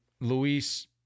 Luis